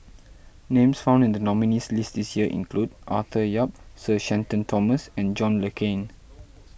names found in the nominees' list this year include Arthur Yap Sir Shenton Thomas and John Le Cain